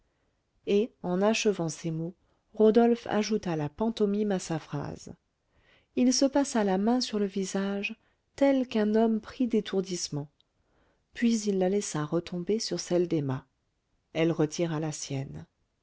et en achevant ces mots rodolphe ajouta la pantomime à sa phrase il se passa la main sur le visage tel qu'un homme pris d'étourdissement puis il la laissa retomber sur celle d'emma elle retira la sienne